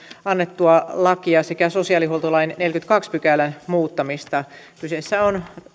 annettua lakia sekä sosiaalihuoltolain neljännenkymmenennentoisen pykälän muuttamista kyse on